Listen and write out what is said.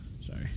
Sorry